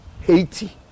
Haiti